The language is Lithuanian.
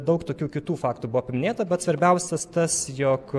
daug tokių kitų faktų buvo paminėta bet svarbiausias tas jog